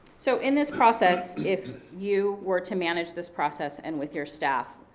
so in this process, if you were to manage this process and with your staff,